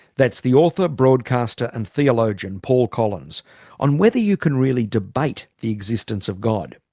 that's the author, broadcaster and theologian paul collins on whether you can really debate the existence of god.